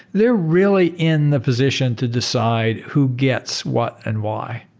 they're really in the position to decide who gets what and why,